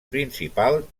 principal